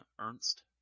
Ernst